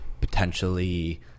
potentially